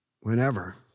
whenever